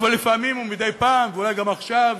אבל לפעמים ומדי פעם, ואולי גם עכשיו,